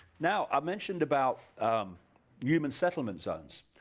now i mentioned about um human settlements zones,